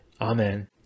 Amen